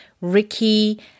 Ricky